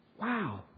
Wow